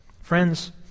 Friends